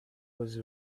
was